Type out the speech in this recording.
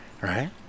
Right